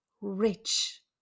rich